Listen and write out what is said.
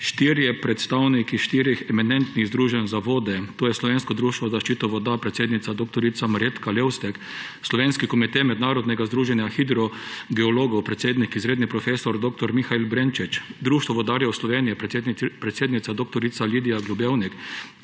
štirje predstavniki štirih eminentnih združenj za vode, to je Slovensko društvo za zaščito voda, predsednica dr. Marjetka Levstek, Slovenski komite Mednarodnega združenja hidrogeologov, predsednik izr. prof. dr. Mihael Brenčič, Društvo vodarjev Slovenije, predsednica dr. Lidija Globevnik,